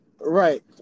Right